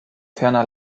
ferner